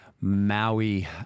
Maui